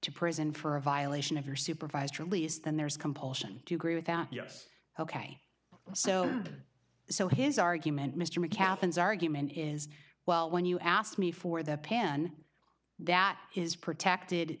to prison for a violation of your supervised release then there's a compulsion to agree with that yes ok so so his argument mr macapp and argument is well when you asked me for the pan that is protected